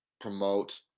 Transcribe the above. promote